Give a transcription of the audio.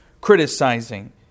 criticizing